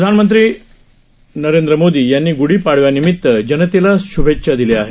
प्रधानमंत्री नरेंद्र मोदी यांनी गुढीपाडव्यानिमित जनतेला शुभेच्छा दिल्या आहेत